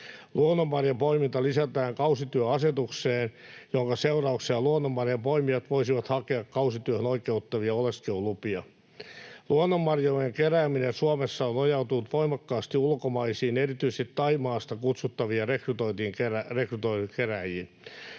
Luonnonmarjanpoiminta lisätään kausityöasetukseen, minkä seurauksena luonnonmarjanpoimijat voisivat hakea kausityöhön oikeuttavia oleskelulupia. Luonnonmarjojen kerääminen Suomessa on nojautunut voimakkaasti ulkomaisiin kerääjiin, erityisesti Thaimaasta kutsuttaviin ja rekrytoitaviin.